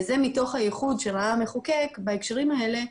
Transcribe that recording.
וזה מתוך הייחוד שראה המחוקק בהקשרים האלה,